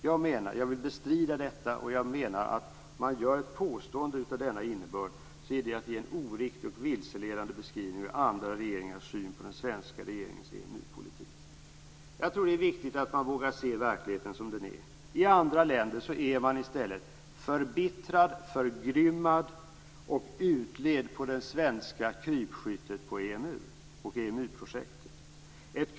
Jag vill bestrida detta, och jag menar att ett påstående av denna innebörd är en oriktig och vilseledande beskrivning av andra regeringars syn på den svenska regeringens EMU-politik. Jag tror att det är viktigt att man vågar se verkligheten som den är. I andra länder är man i stället förbittrad, förgrymmad och utled på det svenska krypskyttet på EMU-projektet.